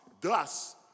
thus